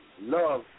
Love